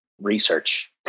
research